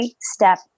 step